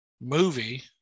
movie